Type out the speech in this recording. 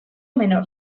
menor